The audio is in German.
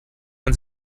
man